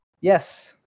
Yes